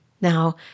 Now